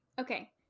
okay